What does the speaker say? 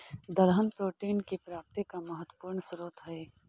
दलहन प्रोटीन की प्राप्ति का महत्वपूर्ण स्रोत हई